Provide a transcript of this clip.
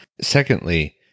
Secondly